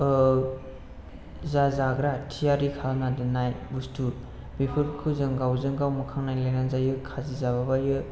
ओह जा जाग्रा थियारि खालामना दोननाय बुस्तु बेफोरखौ जों गावजों गाव मोखां नायलायनानै जायो खाजि जायो